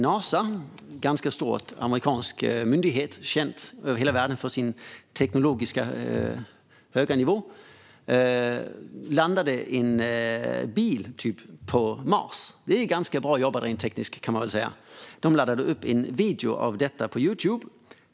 Nasa, en ganska stor amerikansk myndighet, känd över hela världen för sin höga teknologiska nivå, landade typ en bil på Mars. Det kan man säga är rätt bra jobbat rent tekniskt. De laddade upp en video av detta på Youtube.